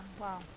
wow